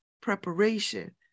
preparation